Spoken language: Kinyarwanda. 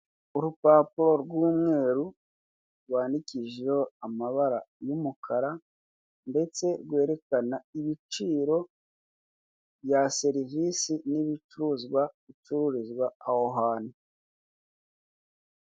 Urupapuro rw'umweru, rwandikishijeho amabara y'umukara, ndetse rwerekana ibiciro bya serivisi n'ibicuruzwa bicururizwa aho hantu.